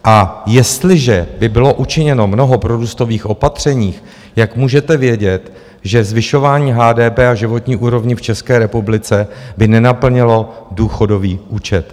A jestliže by bylo učiněno mnoho prorůstových opatření, jak můžete vědět, že zvyšování HDP a životní úrovně v České republice by nenaplnilo důchodový účet.